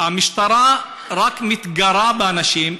שהמשטרה רק מתגרה באנשים,